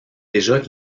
déjà